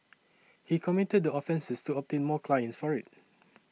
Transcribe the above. he committed the offences to obtain more clients for it